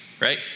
right